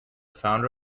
founder